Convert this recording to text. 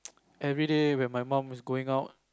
every day when my mum was going out